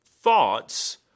Thoughts